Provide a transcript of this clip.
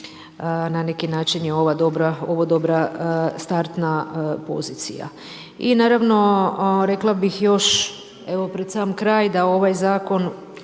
na neki način je ovo dobra startna pozicija. I naravno, rekla bih još evo pred sam kraj da ovaj zakon